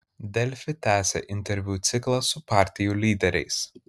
delfi tęsia interviu ciklą su partijų lyderiais